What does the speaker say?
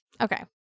Okay